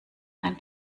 ein